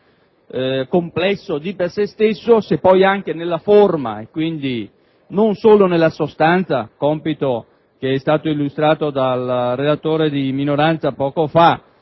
complesso di per se stesso, se poi anche nella forma, e quindi non solo nella sostanza come è stato illustrato dal relatore di minoranza poco fa,